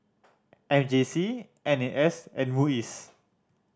M J C N A S and MUIS